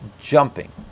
jumping